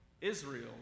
Israel